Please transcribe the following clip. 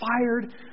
fired